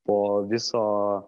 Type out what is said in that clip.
po viso